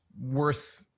worth